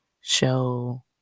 show